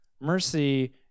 Mercy